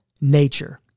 nature